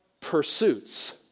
pursuits